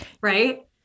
Right